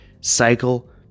cycle